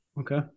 Okay